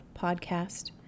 podcast